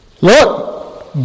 look